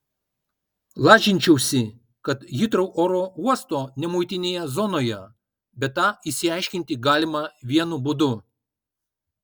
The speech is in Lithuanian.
lažinčiausi kad hitrou oro uosto nemuitinėje zonoje bet tą išsiaiškinti galima vienu būdu